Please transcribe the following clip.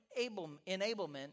enablement